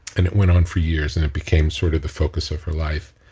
and it went on for years and it became sort of the focus of her life.